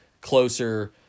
closer